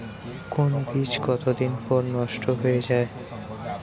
কোন বীজ কতদিন পর নষ্ট হয়ে য়ায়?